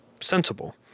sensible